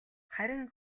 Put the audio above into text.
харин